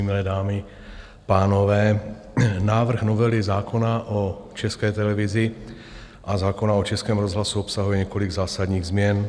Milé dámy, pánové, návrh novely zákona o České televizi a zákona o Českém rozhlasu obsahuje několik zásadních změn.